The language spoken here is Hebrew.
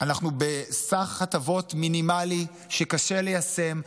אנחנו בסך הטבות מינימלי שקשה ליישם,